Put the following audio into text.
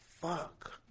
fuck